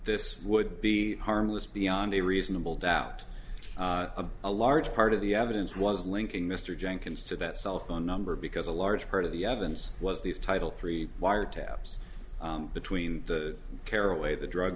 this would be harmless beyond a reasonable doubt a large part of the evidence was linking mr jenkins to that cell phone number because a large part of the evidence was these title three wiretaps between the caraway the drug